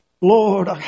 Lord